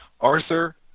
Arthur